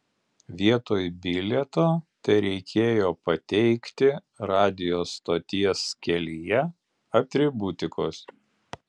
vietoj bilieto tereikėjo pateikti radijo stoties kelyje atributikos